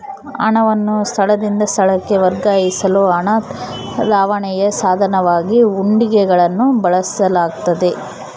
ಹಣವನ್ನು ಸ್ಥಳದಿಂದ ಸ್ಥಳಕ್ಕೆ ವರ್ಗಾಯಿಸಲು ಹಣ ರವಾನೆಯ ಸಾಧನವಾಗಿ ಹುಂಡಿಗಳನ್ನು ಬಳಸಲಾಗ್ತತೆ